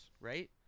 right